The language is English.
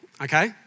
okay